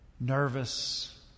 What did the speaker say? Nervous